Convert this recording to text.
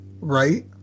right